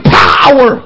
power